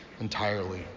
entirely